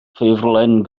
ffurflen